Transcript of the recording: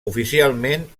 oficialment